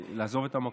לעזוב את המקום.